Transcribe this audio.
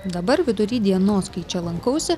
dabar vidury dienos kai čia lankausi